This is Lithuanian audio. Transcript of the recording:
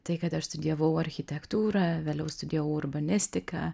tai kad aš studijavau architektūrą vėliau studijavau urbanistiką